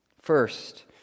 First